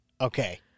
Okay